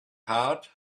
heart